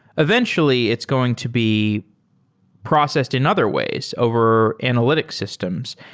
eventually it's going to be processed in other ways over analytic systems.